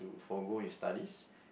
forgo his studies